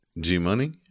G-Money